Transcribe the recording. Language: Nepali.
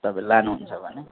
तपाईँ लानु हुन्छ भने